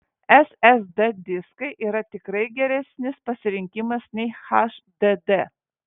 ssd diskai yra tikrai geresnis pasirinkimas nei hdd